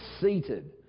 seated